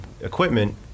equipment